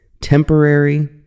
temporary